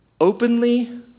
openly